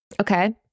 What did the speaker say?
Okay